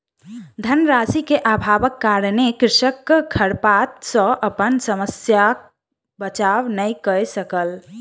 धन राशि के अभावक कारणेँ कृषक खरपात सॅ अपन शस्यक बचाव नै कय सकल